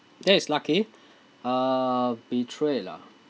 that is lucky uh betrayed ah